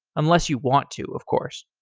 unless you want to, of course.